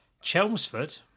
Chelmsford